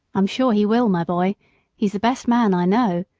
i'm sure he will, my boy he's the best man i know.